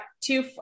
two